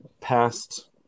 past